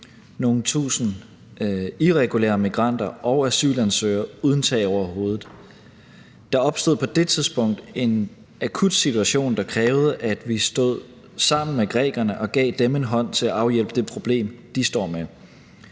nogle tusinde irregulære migranter og asylansøgere uden tag over hovedet. Der opstod på det tidspunkt en akut situation, der krævede, at vi stod sammen med grækerne og gav dem en hånd til at afhjælpe det problem, de står med.